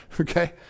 Okay